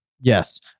yes